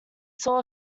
saw